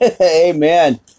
Amen